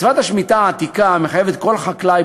מצוות השמיטה העתיקה מחייבת כל חקלאי